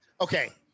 okay